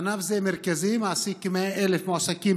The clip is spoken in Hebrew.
ענף זה מרכזי ומעסיק כ-100,000 מועסקים